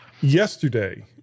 yesterday